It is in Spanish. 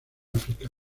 áfrica